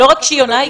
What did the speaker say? לא רק שהיא עונה,